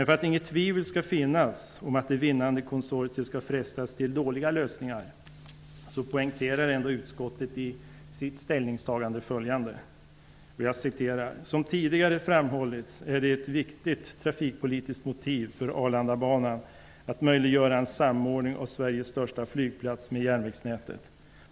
För att ingen osäkerhet skall råda om att det vinnande konsortiet inte skall frestas till dåliga lösningar poängterar utskottet i sitt ställningstagande följande: ''Som tidigare framhållits är ett viktigt trafikpolitiskt motiv för Arlandabanan att möjliggöra en sammanbindning av Sveriges största flygplats med järnvägsnätet.